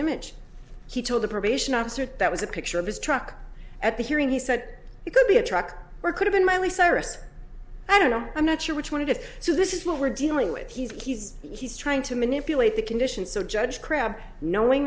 image he told the probation officer that was a picture of his truck at the hearing he said it could be a truck or could have been miley cyrus i don't know i'm not sure which one it is so this is what we're dealing with he's he's trying to manipulate the conditions so judge crabbe knowing